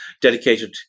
dedicated